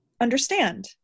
understand